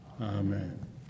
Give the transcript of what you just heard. Amen